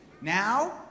Now